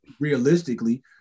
realistically